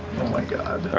oh my god.